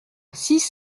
six